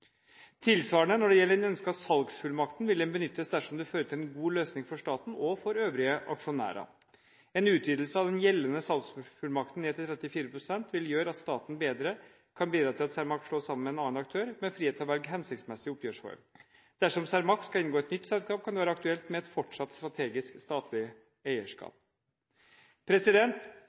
Tilsvarende når det gjelder den ønskede salgsfullmakten, vil den benyttes dersom det fører til en god løsning for staten og for øvrige aksjonærer. En utvidelse av den gjeldende salgsfullmakten ned til 34 pst. vil gjøre at staten bedre kan bidra til at Cermaq slås sammen med en annen aktør, med frihet til å velge hensiktsmessig oppgjørsform. Dersom Cermaq skal inngå i et nytt selskap, kan det være aktuelt med et fortsatt strategisk statlig